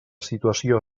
situació